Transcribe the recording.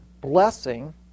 blessing